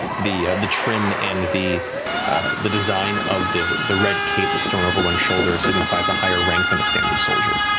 the the trim and the the design of the the red cape that's thrown over one shoulder signifies a higher rank than a standard soldier.